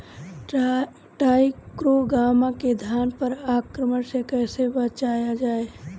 टाइक्रोग्रामा के धान पर आक्रमण से कैसे बचाया जाए?